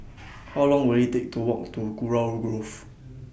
How Long Will IT Take to Walk to Kurau Grove